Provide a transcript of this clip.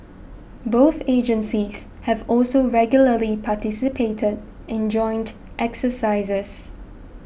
both agencies have also regularly participated in joint exercises